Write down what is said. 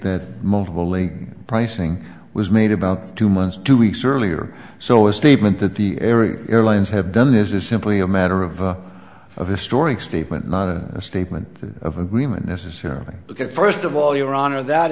that multiple link pricing was made about two months two weeks earlier so a statement that the area airlines have done this is simply a matter of a historic statement not a statement of agreement necessarily look at first of all your honor that